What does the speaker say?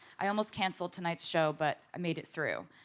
i almost cancelled tonight's show but i made it through.